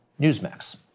Newsmax